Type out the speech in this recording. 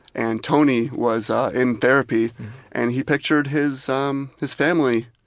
and tony was in therapy and he pictured his um his family